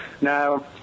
now